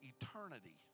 eternity